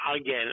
again